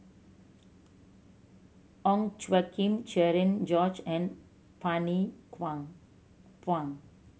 Ong Tjoe Kim Cherian George and Bani Buang